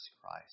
Christ